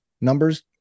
numbers